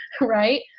Right